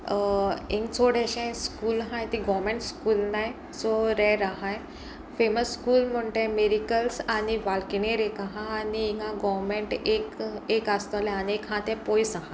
हिंग चोड अशें स्कूल आहाय तीं गोवमेंट स्कूल नाय सो रेर आसा फेमस स्कूल म्हणटा ते मेरिकल्स आनी बालकिनीर एक आसा आनी हिंगा गोवमेंट एक एक आसतोले आनी एक आसा तें पयस आसा